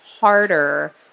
harder